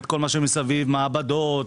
וכל מה שצריך, מעבדות,